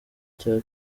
cya